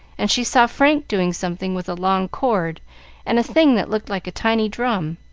and she saw frank doing something with a long cord and a thing that looked like a tiny drum.